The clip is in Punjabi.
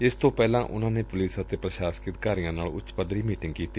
ਇਸ ਤੋਂ ਪਹਿਲਾਂ ਉਨੂਾਂ ਨੇ ਪੁਲਿਸ ਅਤੇ ਪ੍ਰਸ਼ਾਸਕੀ ਅਧਿਕਾਰੀਆਂ ਨਾਲ ਉੱਚ ਪੱਧਰੀ ਮੀਟਿਗ ਕੀਤੀ